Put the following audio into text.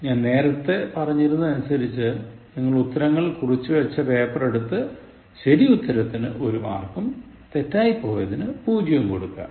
ഞാൻ നേരത്തെ പറഞ്ഞിരുന്നതനുസരിച്ച് നിങ്ങൾ ഉത്തരങ്ങൾ കുറിച്ചു വച്ച പേപ്പറെടുത്ത് ശരിയുത്തരത്തിന് ഒരു മാർക്കും തെറ്റിപ്പോയതിന് പൂജ്യവും കൊടുക്കുക